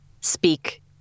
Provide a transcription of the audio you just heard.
speak